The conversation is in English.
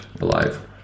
alive